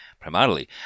primarily